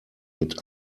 mit